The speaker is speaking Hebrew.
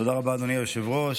תודה רבה, אדוני היושב-ראש.